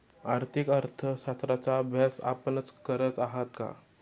आर्थिक अर्थशास्त्राचा अभ्यास आपणच करत आहात का?